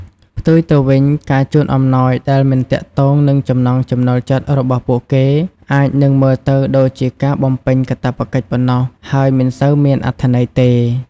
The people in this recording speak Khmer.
ផ្ទុយទៅវិញ ការជូនអំណោយដែលមិនទាក់ទងនឹងចំណង់ចំណូលចិត្តរបស់ពួកគេ អាចនឹងមើលទៅដូចជាការបំពេញកាតព្វកិច្ចប៉ុណ្ណោះ ហើយមិនសូវមានអត្ថន័យទេ។